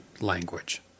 language